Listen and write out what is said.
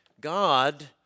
God